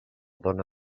dona